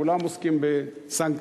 כולם עוסקים בסנקציות.